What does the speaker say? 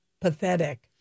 pathetic